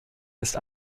ist